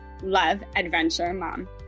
loveadventuremom